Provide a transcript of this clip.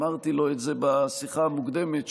ואמרתי לו את זה בשיחה המוקדמת,